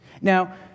Now